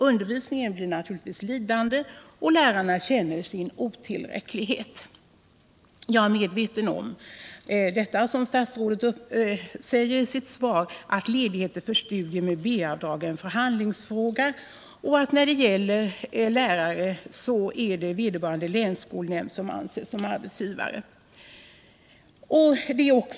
Undervisningen blir naturligtvis lidande, och lärararna känner sin otillräcklighet. Jag är medveten om, vilket statsrådet Mogård säger i sitt svar, att ledighet med B-avdrag för studier är en förhandlingsfråga och att när det gäller lärare vederbörande länsskolnämnd anses vara arbetsgivare.